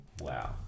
Wow